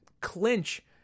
clinch